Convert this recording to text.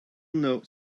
note